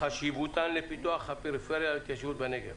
חשיבותן לפיתוח הפריפריה וההתיישבות בנגב.